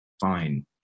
fine